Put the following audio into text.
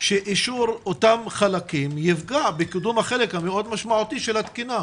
שאישור אותם חלקים יפגע בקידום החלק המאוד משמעותי של התקינה.